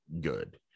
good